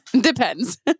Depends